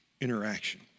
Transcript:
interaction